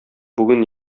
бүген